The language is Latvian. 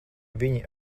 viņi